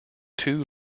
two